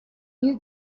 you